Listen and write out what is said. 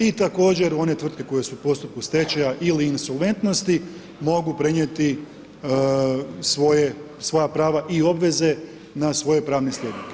I također one tvrtke koje su u postupku stečaja ili insolventnosti, mogu prenijeti svoja prava i obveze na svoje pravne slijednike.